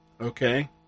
Okay